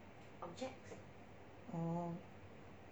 oh